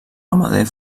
ramader